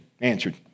answered